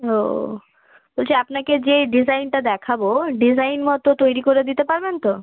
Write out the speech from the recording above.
ও বলছি আপনাকে যে ডিজাইনটা দেখাবো ডিজাইন মতো তৈরি করে দিতে পারবেন তো